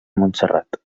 montserrat